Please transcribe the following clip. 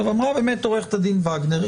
כפי שאמרה עו"ד וגנר,